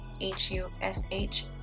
H-U-S-H